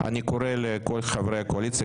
אני קורא לכל חברי הקואליציה,